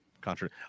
contrary